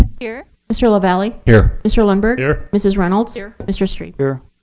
ah here. mr. lavalley. here. mr. lundberg. here. mrs. reynolds. here. mr. strebe. here.